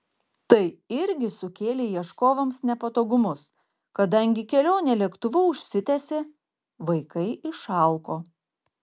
tai irgi sukėlė ieškovams nepatogumus kadangi kelionė lėktuvu užsitęsė vaikai išalko